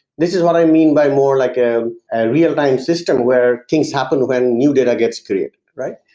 this is what i mean by more like a real time system where things happen when new data gets created, right?